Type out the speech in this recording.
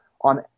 on